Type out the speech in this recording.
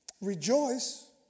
rejoice